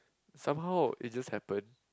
somehow it's just happen